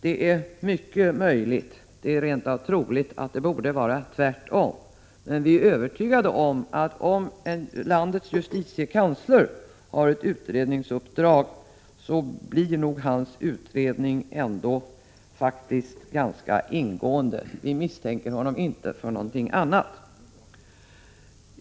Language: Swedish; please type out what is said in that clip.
Det är mycket möjligt, det är rent av troligt, att det borde vara tvärtom, men vi är övertygade om att om landets justitiekansler har ett utredningsuppdrag blir nog hans utredning ganska ingående. Vi misstänker honom inte för någonting annat.